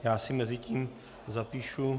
Já si mezitím zapíšu...